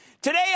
Today